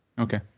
okay